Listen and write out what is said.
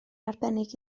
arbennig